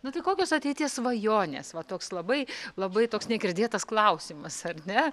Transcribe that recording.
nu tai kokios ateities svajonės va toks labai labai toks negirdėtas klausimas ar ne